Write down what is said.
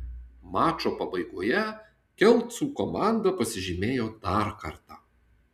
mačo pabaigoje kelcų komanda pasižymėjo dar kartą